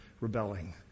rebelling